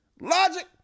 Logic